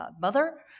mother